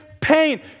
pain